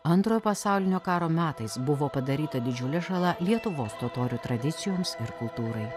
antrojo pasaulinio karo metais buvo padaryta didžiulė žala lietuvos totorių tradicijoms ir kultūrai